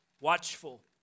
watchful